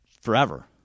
forever